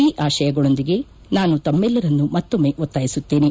ಈ ಆಶಯಗಳೊಂದಿಗೆ ನಾನು ತಮ್ಲೆಲ್ಲರಲ್ಲಿ ಮತ್ತೊಮ್ನೆ ಒತ್ನಾಯಿಸುತ್ತೇನೆ